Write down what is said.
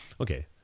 Okay